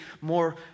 more